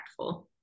impactful